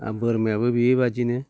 आरो बोरमायाबो बेबायदिनो